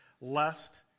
lest